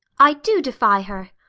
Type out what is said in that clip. i do defy her.